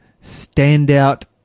standout